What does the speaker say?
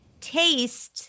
taste